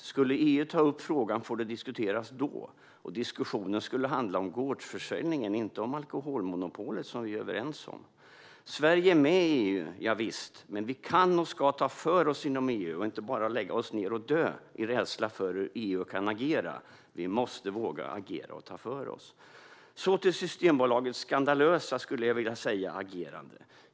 Om EU skulle ta upp frågan får den diskuteras då. Diskussionen skulle handla om gårdsförsäljningen - inte om alkoholmonopolet, som vi är överens om. Sverige är med i EU, javisst. Men vi kan och ska ta för oss inom EU och inte bara lägga oss ned och dö i rädsla för hur EU kan agera. Vi måste våga agera och ta för oss. Så till Systembolagets skandalösa, skulle jag vilja säga, agerande.